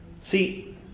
See